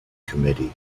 committee